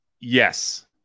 Yes